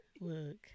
look